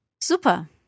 Super